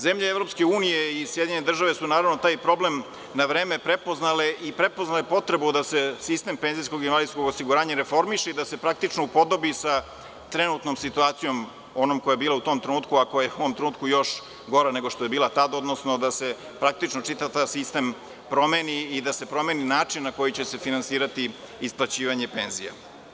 Zemlje EU i SAD su taj problem na vreme prepoznale i prepoznale potrebu da se sistem PIO reformiše i da se upodobi sa trenutnom situacijom, onom koja je bila u tom trenutku, a koja je u ovom trenutku još gora, nego je bila tada, odnosno da se čitav taj sistem promeni i da se promeni način na koji će se finansirati isplaćivanje penzija.